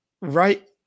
right